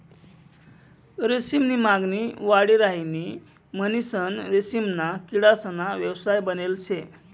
रेशीम नी मागणी वाढी राहिनी म्हणीसन रेशीमना किडासना व्यवसाय बनेल शे